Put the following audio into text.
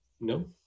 No